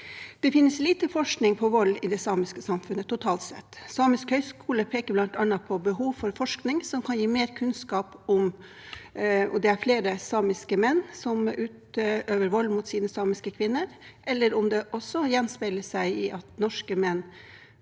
Det finnes lite forskning på vold i det samiske samfunnet totalt sett. Samisk høgskole peker bl.a. på behov for forskning som kan gi mer kunnskap om det er flere samiske menn som utøver vold mot sine samiske kvinner, eller om det også gjenspeiler seg i at norske menn